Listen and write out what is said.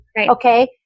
okay